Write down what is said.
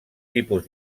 tipus